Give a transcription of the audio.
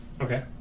Okay